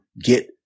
get